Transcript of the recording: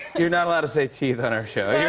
you're not allowed to say teeth on our show. yeah